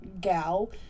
gal